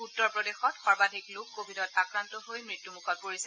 উত্তৰ প্ৰদেশতে সৰ্বাধিক লোক কভিডত আক্ৰান্ত হৈ মৃত্যুমুখত পৰিছে